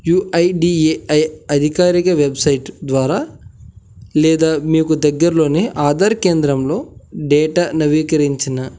you I D A I అధికారిక website ద్వారా లేదా మీకు దగ్గరలోని ఆధార్ కేంద్రంలో డేటా నవీకరించిన